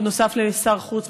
בנוסף לשר חוץ,